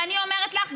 ואני אומרת לך,